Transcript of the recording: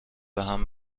بهم